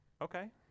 Okay